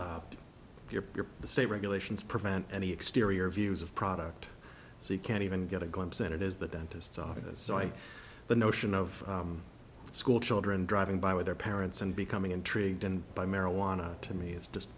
to your the state regulations prevent any exterior views of product so you can't even get a glimpse at it is the dentist's office so i the notion of schoolchildren driving by with their parents and becoming intrigued and by marijuana to me is just